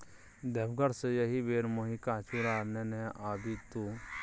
देवघर सँ एहिबेर मेहिका चुड़ा नेने आबिहे तु